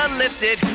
lifted